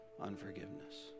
unforgiveness